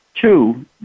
Two